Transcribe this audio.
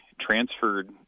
transferred